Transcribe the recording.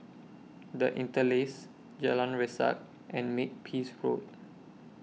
The Interlace Jalan Resak and Makepeace Road